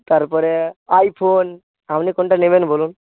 তারপরে আইফোন আপনি কোনটা নেবেন বলুন